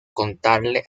contarle